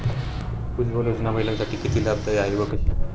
उज्ज्वला योजना महिलांसाठी किती लाभदायी आहे व कशी?